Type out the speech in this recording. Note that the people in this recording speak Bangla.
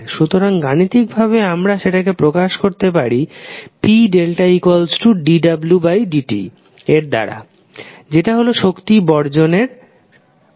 সুতরাং গাণিতিক ভাবে আমরা সেটাকে প্রকাশ করতে পারি p≜dwdt এর দ্বারা যেটা হল শক্তি পরিবর্তনের হার